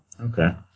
Okay